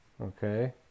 Okay